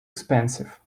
expensive